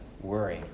worry